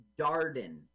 Darden